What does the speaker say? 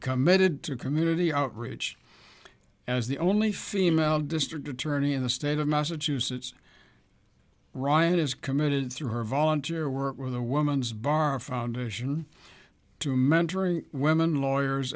committed to community outreach as the only female district attorney in the state of massachusetts ryan is committed through her volunteer work with the woman's bar foundation to mentoring women lawyers